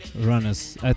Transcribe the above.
runners